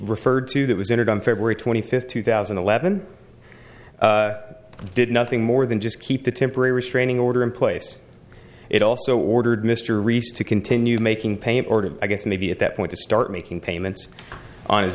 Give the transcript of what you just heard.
referred to that was entered on february twenty fifth two thousand and eleven did nothing more than just keep the temporary restraining order in place it also ordered mr rhys to continue making payment i guess maybe at that point to start making payments on his